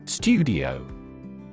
Studio